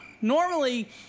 Normally